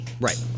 right